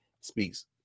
speaks